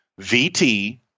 VT